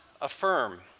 affirm